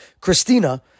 Christina